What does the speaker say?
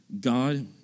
God